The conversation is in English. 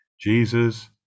Jesus